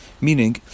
Meaning